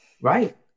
Right